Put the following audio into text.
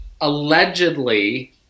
allegedly